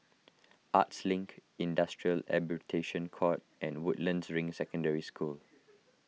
Arts Link Industrial Arbitration Court and Woodlands Ring Secondary School